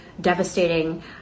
devastating